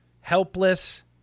helpless